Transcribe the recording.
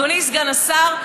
אדוני סגן השר,